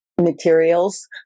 materials